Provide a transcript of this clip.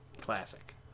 Classic